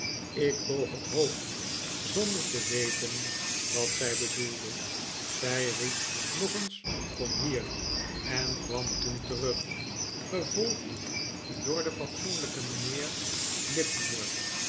ik boog het hoofd zonder te weten wat zij bedoelde zij riep nog eens kom hier en kwam toen terug gevolgd door den fatsoenlijken mijnheer littimer